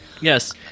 Yes